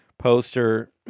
Poster